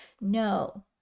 No